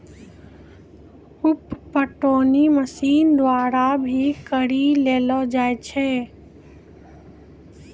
उप पटौनी मशीन द्वारा भी करी लेलो जाय छै